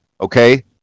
okay